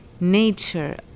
nature